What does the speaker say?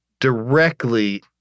directly